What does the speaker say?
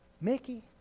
Mickey